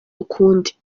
ukundi